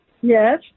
Yes